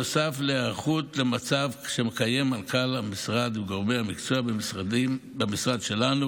נוסף להערכות המצב שמקיים מנכ"ל המשרד וגורמי המקצוע במשרד שלנו